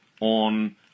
on